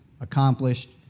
accomplished